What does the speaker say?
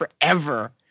forever